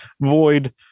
void